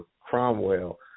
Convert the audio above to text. Cromwell